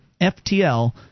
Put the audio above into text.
FTL